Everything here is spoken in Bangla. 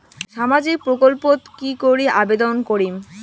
সামাজিক প্রকল্পত কি করি আবেদন করিম?